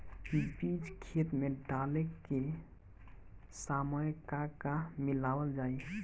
बीज खेत मे डाले के सामय का का मिलावल जाई?